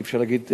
אי-אפשר להגיד,